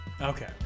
Okay